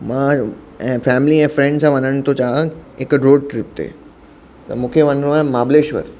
मां ऐं फैमिली ऐं फ्रेंड सां वञण थो चाहियां हिकु रोड ट्रिप ते त मूंखे वञिणो आहे महाबलेश्वर